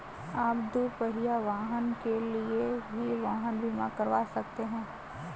आप दुपहिया वाहन के लिए भी वाहन बीमा करवा सकते हैं